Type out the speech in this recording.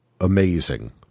amazing